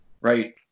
right